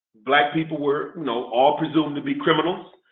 black people were you know all presumed to be criminals.